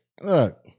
look